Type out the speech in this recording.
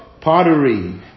pottery